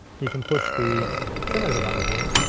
you can push the trim editor button here,